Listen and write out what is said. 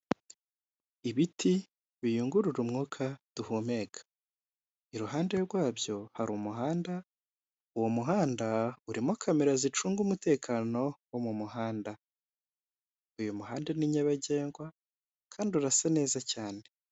Ibiti biyungurura umwuka duhumeka iruhande rwabyo hari umuhanda uwo muhanda urimo kamera zicunga umutekano wo mu muhanda uyu muhanda ni nyabagendwa kandi urasa neza cyane .